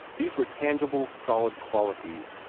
these were tangible, solid qualities,